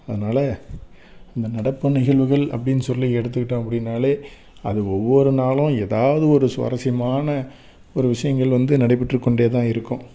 அதனால அந்த நடப்பு நிகழ்வுகள் அப்படின் சொல்லி எடுத்துக்கிட்டோம் அப்படினாலே அது ஒவ்வொரு நாளும் எதாவது ஒரு சுவாரஸ்யமான ஒரு விஷயங்கள் வந்து நடைபெற்றுக்கொண்டே தான் இருக்கும்